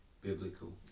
biblical